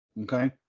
okay